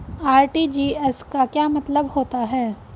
RTGS का क्या मतलब होता है?